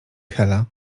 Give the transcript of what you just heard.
hela